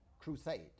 crusade